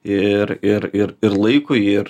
ir ir ir ir laikui ir